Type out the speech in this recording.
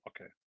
Okay